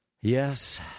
Yes